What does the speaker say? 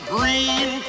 Green